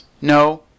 no